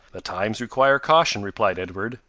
the times require caution, replied edward,